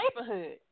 neighborhood